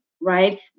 right